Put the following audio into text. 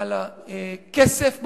על הכסף בפוליטיקה.